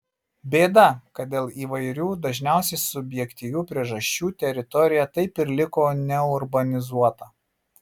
bėda kad dėl įvairių dažniausiai subjektyvių priežasčių teritorija taip ir liko neurbanizuota